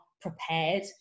prepared